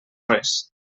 res